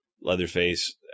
Leatherface